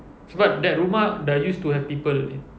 sebab that rumah dah used to have people